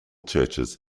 churches